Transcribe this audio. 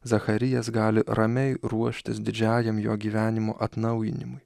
zacharijas gali ramiai ruoštis didžiajam jo gyvenimo atnaujinimui